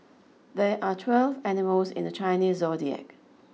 there are twelve animals in the Chinese zodiac